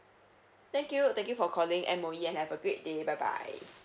thank you thank you for calling M_O_E and have a great day bye bye